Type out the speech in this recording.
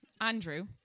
Andrew